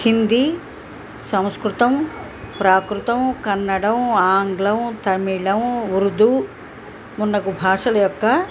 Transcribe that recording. హిందీ సంస్కృతం ప్రాకృతం కన్నడం ఆంగ్లం తమిళం ఉర్దూ మున్నగు భాషల యొక్క